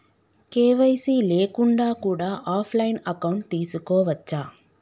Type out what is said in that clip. KYC లేకుండా కూడా offline account తీసుకోవచ్చా?